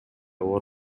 оор